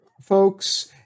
folks